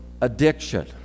addiction